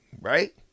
right